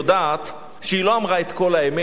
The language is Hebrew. היא יודעת שהיא לא אמרה את כל האמת.